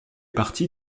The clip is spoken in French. partie